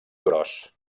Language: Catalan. gros